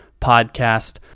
podcast